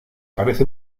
parece